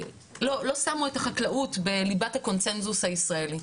לא שמו את החקלאות בליבת הקונצנזוס הישראלי,